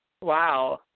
Wow